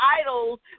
idols